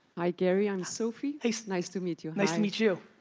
hi gary, i'm sophie. nice nice to meet you. nice to meet you.